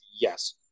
yes